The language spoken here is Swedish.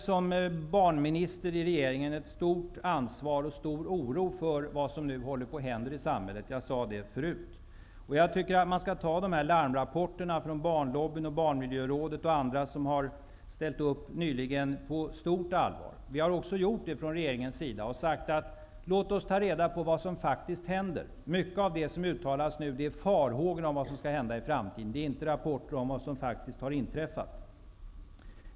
Som barnminister i regeringen känner jag ett stort ansvar och stor oro för vad som nu håller på att hända i samhället. Det sade jag förut. Jag tycker att man skall ta larmrapporterna från Barnlobbyn, Barnmiljörådet och andra på stort allvar. Det har regeringen också gjort. Vi har sagt Partiledardebatt regeringsförklaringen att vi skall ta reda på vad som faktiskt händer. Mycket av det som uttalas nu är farhågor för vad som skall hända i framtiden. Det är inte rapporter om vad som faktiskt har inträffat.